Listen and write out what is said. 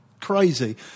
crazy